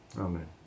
Amen